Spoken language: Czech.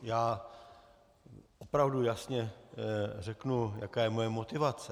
Já opravdu jasně řeknu, jaká je moje motivace.